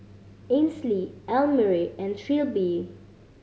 Ainsley Elmire and Trilby